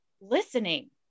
listening